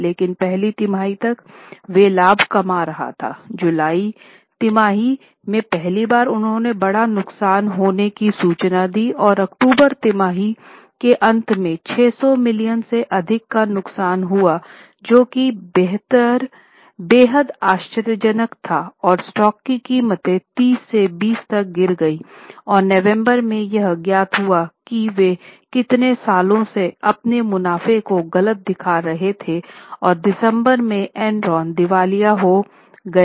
लेकिन पहले तिमाही तक वे लाभ कमा रहा था जुलाई तिमाही में पहली बार उन्होंने बड़ा नुकसान होने की सूचना दी और अक्टूबर तिमाही के अंत में 600 मिलियन से अधिक का नुकसान हुआ जो कि बेहद आश्चर्यजनक था और स्टॉक की कीमतें 30 से 20 तक गिर गईं और नवंबर में यह ज्ञात हुआ कि वे इतने सालों से अपने मुनाफे को गलत दिखा रहे थे और दिसंबर में एनरॉन दिवालिया हो गया